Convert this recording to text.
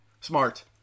Smart